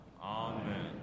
Amen